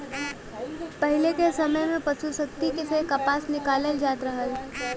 पहिले के समय में पसु शक्ति से कपास निकालल जात रहल